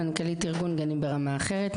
מנכ״לית ארגון ׳גנים ברמה אחרת׳,